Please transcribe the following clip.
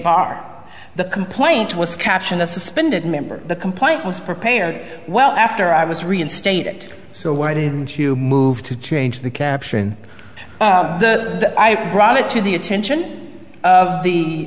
bar the complaint was catching the suspended member the complaint was prepared well after i was reinstated so why didn't you move to change the caption i brought it to the attention of the